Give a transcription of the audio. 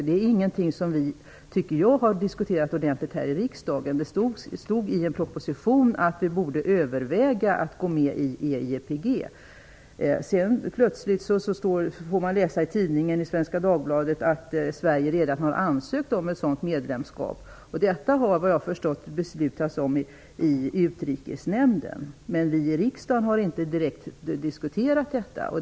Det är inte något som jag tycker att vi har diskuterat ordentligt här i riksdagen. Det stod i en proposition att vi borde överväga att gå med i EIPG. Sedan kunde man plötsligt läsa i Svenska Dagbladet att Sverige redan har ansökt om medlemskap. Detta har, såvitt jag förstår, beslutats i Utrikesnämnden. Men vi i riksdagen har inte direkt diskuterat detta.